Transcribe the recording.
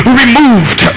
removed